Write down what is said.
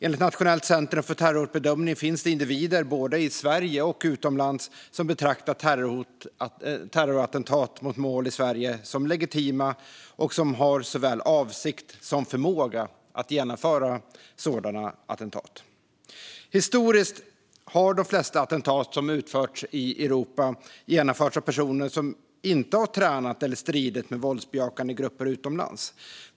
Enligt Nationellt centrum för terrorhotbedömning finns det individer, både i Sverige och utomlands, som betraktar terrorattentat mot mål i Sverige som legitima och som har såväl avsikt som förmåga att genomföra sådana attentat. Historiskt har de flesta attentat som utförts i Europa genomförts av personer som inte har tränat eller stridit med våldsbejakande grupper utomlands.